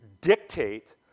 dictate